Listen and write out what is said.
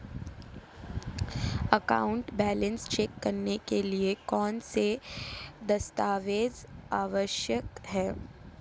Account balance check करने के लिए कौनसे दस्तावेज़ आवश्यक हैं?